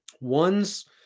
ones